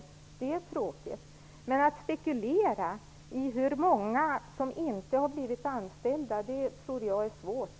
Det är tråkigt. Men att spekulera i hur många som inte har blivit anställda tror jag är svårt.